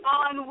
on